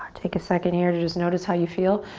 take a second here to just notice how you feel.